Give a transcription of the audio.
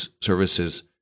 Services